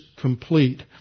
complete